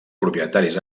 propietaris